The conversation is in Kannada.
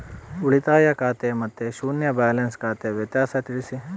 ಉಳಿತಾಯ ಖಾತೆ ಮತ್ತೆ ಶೂನ್ಯ ಬ್ಯಾಲೆನ್ಸ್ ಖಾತೆ ವ್ಯತ್ಯಾಸ ತಿಳಿಸಿ?